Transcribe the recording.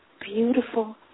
beautiful